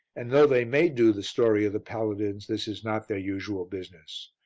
and though they may do the story of the paladins, this is not their usual business,